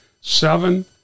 seven